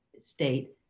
state